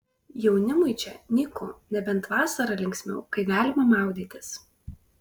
jaunimui čia nyku nebent vasarą linksmiau kai galima maudytis